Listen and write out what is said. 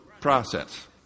Process